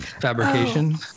fabrication